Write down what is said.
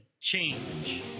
change